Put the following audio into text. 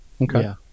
Okay